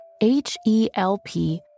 H-E-L-P